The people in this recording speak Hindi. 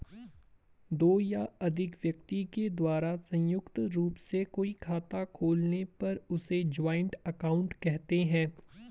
दो या अधिक व्यक्ति के द्वारा संयुक्त रूप से कोई खाता खोलने पर उसे जॉइंट अकाउंट कहते हैं